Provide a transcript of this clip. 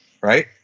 right